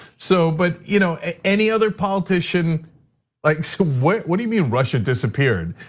so, but, you know ah any other politician like, so what what do you mean russia disappeared?